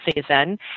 season